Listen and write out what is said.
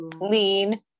lean